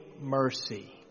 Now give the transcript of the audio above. mercy